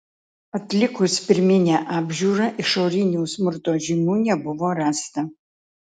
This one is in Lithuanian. atlikus pirminę apžiūrą išorinių smurto žymių nebuvo rasta